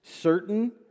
certain